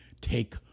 take